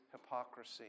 hypocrisy